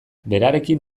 berarekin